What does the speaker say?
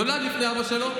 הוא נולד לפני אבא שלו,